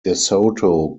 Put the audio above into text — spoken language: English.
desoto